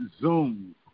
Zoom